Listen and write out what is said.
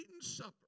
supper